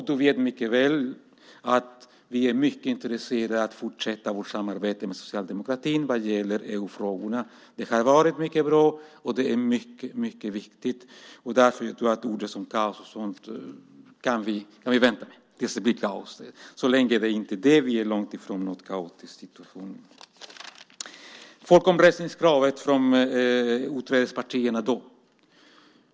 Du vet mycket väl att vi är mycket intresserade av att fortsätta vårt samarbete med socialdemokratin vad gäller EU-frågorna. Det har varit mycket bra, och det är mycket viktigt. Därför tror jag att vi kan vänta med ord som kaos och sådant tills det blir kaos. Vi är långt ifrån en kaotisk situation. Sedan har vi folkomröstningskravet från utträdespartierna.